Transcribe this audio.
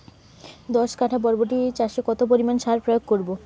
দশ কাঠা বরবটি চাষে কত পরিমাণ সার প্রয়োগ করব?